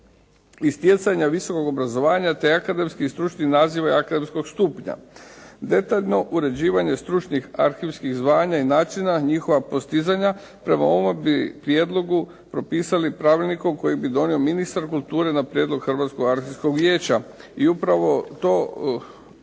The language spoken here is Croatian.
i stjecanja visokog obrazovanja te akademski i stručni naziv akademskog stupnja. Detaljno uređivanje stručnih arhivskih zvanja i načina njihova postizanja prema ovom bi prijedlogu propisali pravilnikom koji bi donio ministar kulture na prijedlog Hrvatskog arhivskog vijeća i upravo to